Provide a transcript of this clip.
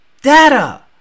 Data